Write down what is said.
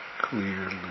clearly